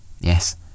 yes